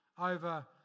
over